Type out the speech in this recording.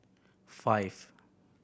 five